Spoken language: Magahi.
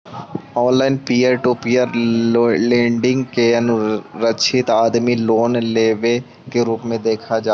online peer to peer lending के असुरक्षित आदमी लोग लोन के रूप में देखल जा हई